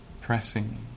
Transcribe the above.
pressing